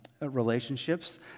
relationships